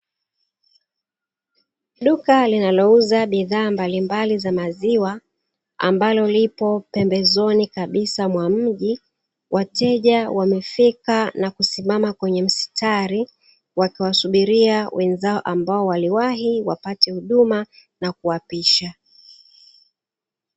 Duka linalouza bidhaa mbalimbali za maziwa ambalo lipo pembezoni kabisa mwa mji, wateja wamefika na kusimama kwenye mstari wakiwasubiria wenzao ambao waliowahi wapate huduma na kuwapisha.